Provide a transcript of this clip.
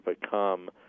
become